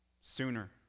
sooner